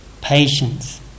patience